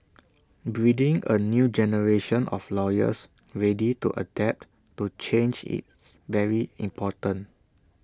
breeding A new generation of lawyers ready to adapt to change is very important